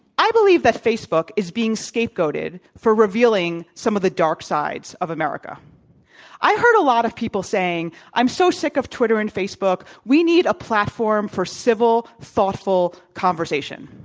i believe that facebook is being scapegoated for revealing some of the dark sides of america i heard a lot of people saying, i'm so sick of twitter and facebook. we need a platform for civil, thoughtful conversation.